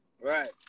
Right